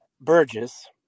Burgess